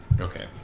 Okay